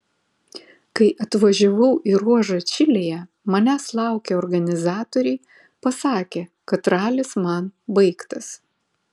kai atvažiavau į ruožą čilėje manęs laukę organizatoriai pasakė kad ralis man baigtas